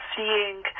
seeing